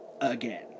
again